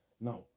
Now